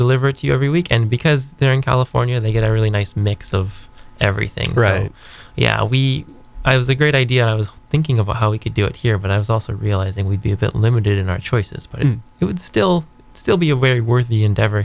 deliver to you every weekend because they're in california they get a really nice mix of everything yeah we i was a great idea i was thinking about how we could do it here but i was also realizing we'd be a bit limited in our choices but it would still still be a very worthy endeavor